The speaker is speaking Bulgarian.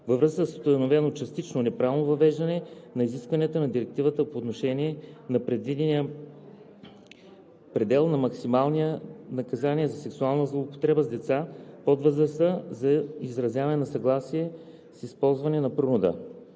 във връзка с установено частично неправилно въвеждане на изискванията на Директивата по отношение на предвидения предел на максимални наказания за сексуална злоупотреба с деца под възрастта за изразяване на съгласие с използване на принуда.